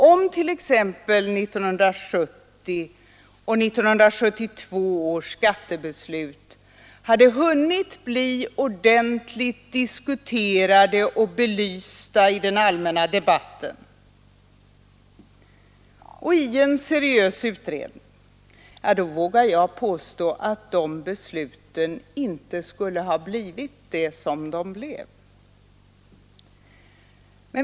Om t.ex. 1970 och 1972 års skatteförslag hade hunnit bli ordenligt diskuterade och belysta i den allmänna debatten och i en seriös utredning, så skulle, vågar jag påstå, besluten inte ha blivit vad de blev.